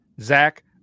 zach